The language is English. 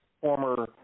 former